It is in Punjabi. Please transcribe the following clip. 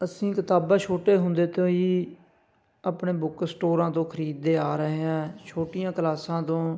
ਅਸੀਂ ਕਿਤਾਬਾਂ ਛੋਟੇ ਹੁੰਦੇ ਤੋਂ ਹੀ ਆਪਣੇ ਬੁੱਕ ਸਟੋਰਾਂ ਤੋਂ ਖਰੀਦਦੇ ਆ ਰਹੇ ਐਂ ਛੋਟੀਆਂ ਕਲਾਸਾਂ ਤੋਂ